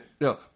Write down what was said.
No